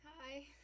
Hi